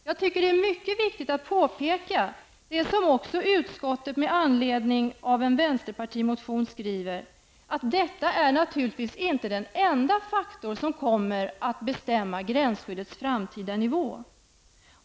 Det är enligt min mening angeläget att påpeka det som också utskottet med anledning av en vänsterpartimotion skriver, nämligen att detta naturligtvis inte är den enda faktor som kommer att bestämma gränsskyddets framtida nivå.